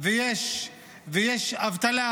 ויש אבטלה,